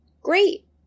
great